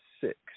six